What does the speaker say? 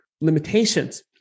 limitations